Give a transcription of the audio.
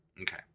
Okay